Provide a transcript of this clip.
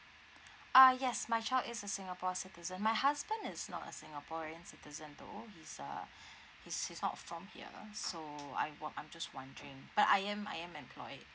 uh yes my child is a singapore citizen my husband is not a singaporean citizen though he's uh he's he's not from here so I'm wo~ I'm just wondering but I am I am employed